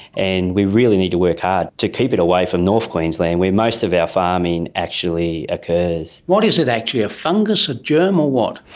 and we really need to work hard to keep it away from north queensland where most of our farming actually occurs. what is it actually? a fungus, a germ or what?